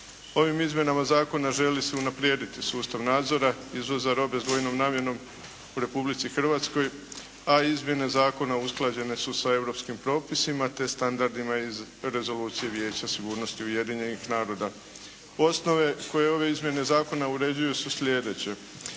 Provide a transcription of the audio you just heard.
Ovim izmjenama zakona želi se unaprijediti sustav nadzor izvoza robe s dvojnom namjenom u Republici Hrvatskoj, a izmjene zakona usklađene su sa europskim propisima te standardima iz Rezolucije Vijeća sigurnosti Ujedinjenih naroda. Osnove koje ove izmjene zakona uređuju su sljedeće.